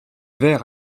ver